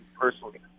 personally